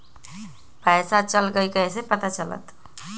पैसा चल गयी कैसे पता चलत?